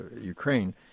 Ukraine